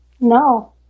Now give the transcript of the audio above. No